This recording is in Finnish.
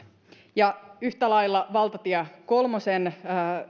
ja yhtä lailla valtatie kolmosen